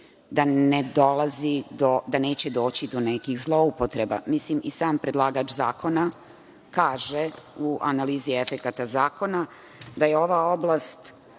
bili sigurni da neće doći do nekih zloupotreba. Mislim da i sam predlagač zakona kaže u analizi efekata zakona da je ova oblasti